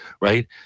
right